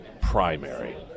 primary